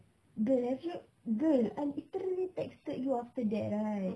girl have you girl I literally texted you after that right